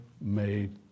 made